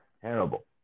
Terrible